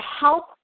help